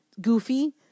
goofy